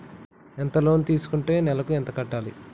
ఎంత లోన్ తీసుకుంటే నెలకు ఎంత కట్టాలి?